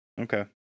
Okay